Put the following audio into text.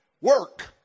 work